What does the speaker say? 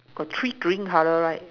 got three green color right